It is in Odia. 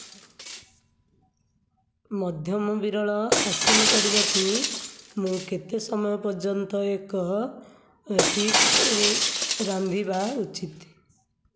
ମଧ୍ୟମ ବିରଳ ହାସଲ କରିବାକୁ ମୁଁ କେତେ ସମୟ ପର୍ଯ୍ୟନ୍ତ ଏକ ଷ୍ଟିକ୍ ରାନ୍ଧିବା ଉଚିତ୍